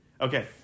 Okay